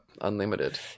unlimited